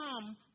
come